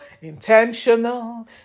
intentional